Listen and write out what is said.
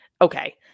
okay